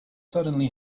suddenly